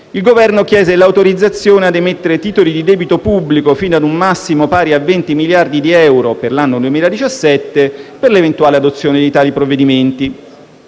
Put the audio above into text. il Governo chiese l'autorizzazione a emettere titoli di debito pubblico fino a un massimo pari a 20 miliardi di euro per l'anno 2017, per l'eventuale adozione di tali provvedimenti.